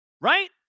Right